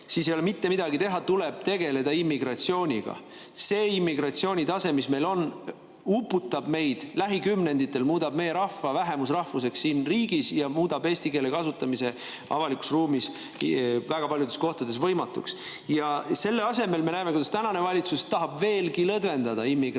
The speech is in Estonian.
siis ei ole mitte midagi teha, tuleb tegeleda immigratsiooniga. See immigratsioonitase, mis meil on, uputab meid. Lähikümnenditel muudab see meie rahva vähemusrahvuseks siin riigis ja muudab eesti keele kasutamise avalikus ruumis väga paljudes kohtades võimatuks. Ja selle asemel me näeme, kuidas tänane valitsus tahab veelgi lõdvendada immigratsioonipoliitikat.